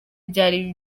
byari